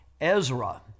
Ezra